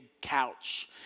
couch